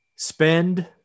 Spend